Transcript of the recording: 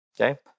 okay